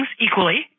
equally